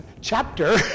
chapter